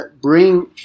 bring